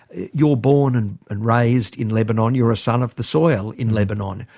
you're born and and raised in lebanon you're a son of the soil in lebanon.